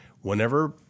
whenever